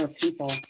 people